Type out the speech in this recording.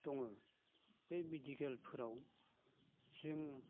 दङ बे मेडिकेलफोराव जों